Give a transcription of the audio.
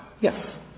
Yes